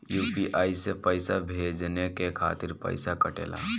UPI से पइसा भेजने के खातिर पईसा कटेला?